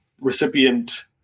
recipient